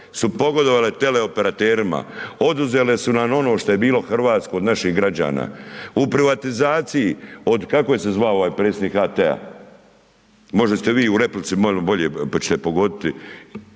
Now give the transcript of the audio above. su pogodovale teleoperaterima, oduzele su nam ono što je bilo hrvatsko od naših građana u privatizaciji od, kako se je zvao ovaj predsjednik HT-? Možda ste vi u replici, malo bolje, pa ćete pogoditi,